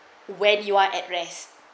when you want at rest